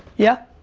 yep.